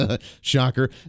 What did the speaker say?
Shocker